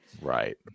Right